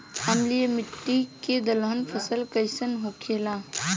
अम्लीय मिट्टी मे दलहन फसल कइसन होखेला?